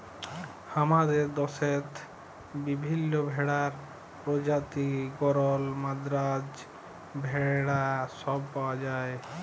হামাদের দশেত বিভিল্য ভেড়ার প্রজাতি গরল, মাদ্রাজ ভেড়া সব পাওয়া যায়